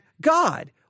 God